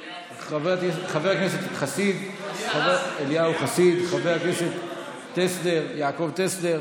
חבר הכנסת אליהו חסיד, חבר הכנסת יעקב טסלר